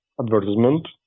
advertisement